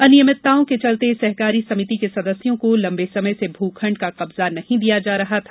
अनियमितताओं के चलते सहकारी समिति के सदस्यों को लम्बे समय से भू खण्ड का कब्जा नहीं दिया जा रहा था